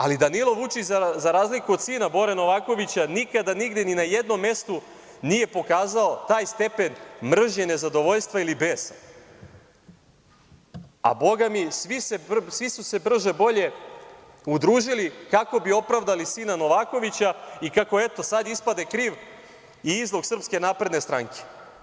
Ali Danilo Vučić, za razliku od sina Bore Novakovića, nikada nigde ni na jednom mestu nije pokazao taj stepen mržnje, nezadovoljstva ili besa, a Boga mi svi su se brže bolje udružili kako bi opravdali sina Novakovića, i kako eto sad ispade kriv i izlog SNS.